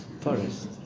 forest